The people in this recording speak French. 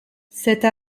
cette